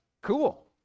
Cool